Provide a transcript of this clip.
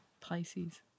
Pisces